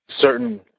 certain